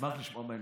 אשמח לשמוע בהמשך.